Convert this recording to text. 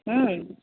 ம்